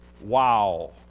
wow